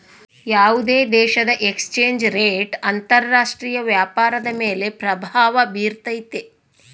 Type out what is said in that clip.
ಯಾವುದೇ ದೇಶದ exchange rate ಅಂತರ ರಾಷ್ಟ್ರೀಯ ವ್ಯಾಪಾರದ ಮೇಲೆ ಪ್ರಭಾವ ಬಿರ್ತೈತೆ